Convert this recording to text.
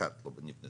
אחת לא נבנתה.